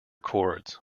chords